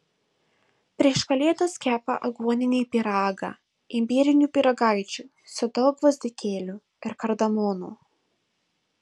prieš kalėdas kepa aguoninį pyragą imbierinių pyragaičių su daug gvazdikėlių ir kardamono